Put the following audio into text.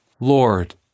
Lord